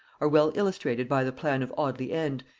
are well illustrated by the plan of audley end,